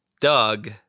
Doug